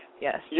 yes